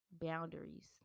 Boundaries